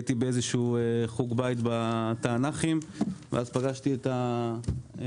הייתי באיזה שהוא חוג בית בתענכים ואז פגשתי את החקלאים